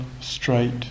straight